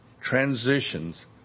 transitions